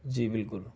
جی بالکل